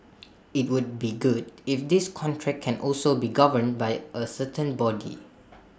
IT would be good if this contract can also be governed by A certain body